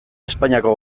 espainiako